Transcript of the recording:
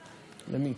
ג.